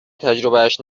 تجربهاش